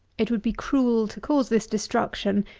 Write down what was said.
it would be cruel to cause this destruction,